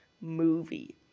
movie